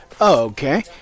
okay